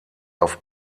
auf